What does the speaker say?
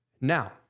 Now